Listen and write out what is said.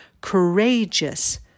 courageous